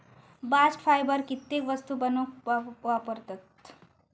bast fibre कित्येक वस्तू बनवूक वापरतत